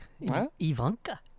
Ivanka